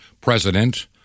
president